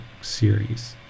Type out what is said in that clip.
series